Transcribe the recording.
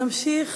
נמשיך